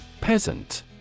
Peasant